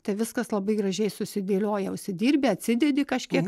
tai viskas labai gražiai susidėlioja užsidirbi atsidedi kažkiek